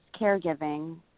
caregiving